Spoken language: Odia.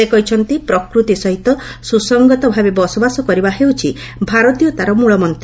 ସେ କହିଛନ୍ତି ପ୍ରକୃତି ସହିତ ସୁସଙ୍ଗତ ଭାବେ ବସବାସ କରିବା ହେଉଛି ଭାରତୀୟତାର ମୂଳମନ୍ତ